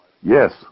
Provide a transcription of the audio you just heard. Yes